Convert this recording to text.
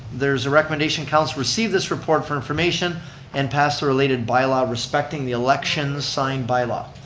there's a recommendation council received this report for information and pass the related by-law respecting the elections sign by-law.